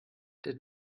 der